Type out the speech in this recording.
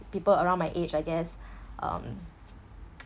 people around my age I guess um